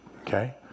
okay